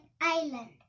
Island